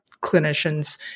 clinicians